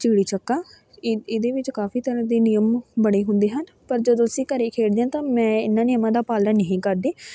ਚਿੜੀ ਛਿੱਕਾ ਇਹਦ ਇਹਦੇ ਵਿੱਚ ਕਾਫੀ ਤਰ੍ਹਾਂ ਦੇ ਨਿਯਮ ਬਣੇ ਹੁੰਦੇ ਹਨ ਪਰ ਜਦੋਂ ਅਸੀਂ ਘਰ ਖੇਡਦੇ ਹਾਂ ਤਾਂ ਮੈਂ ਇਹਨਾਂ ਨਿਯਮਾਂ ਦਾ ਪਾਲਣ ਨਹੀਂ ਕਰਦੀ